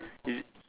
is it